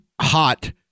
hot